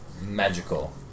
Magical